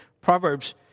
Proverbs